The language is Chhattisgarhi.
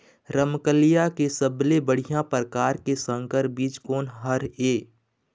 रमकलिया के सबले बढ़िया परकार के संकर बीज कोन हर ये?